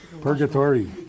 Purgatory